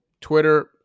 Twitter